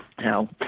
Now